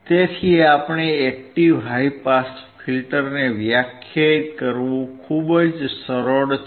તેથી આપણા active high pass ફિલ્ટરને વ્યાખ્યાયિત કરવું ખૂબ જ સરળ છે